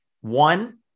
one